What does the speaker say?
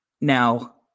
Now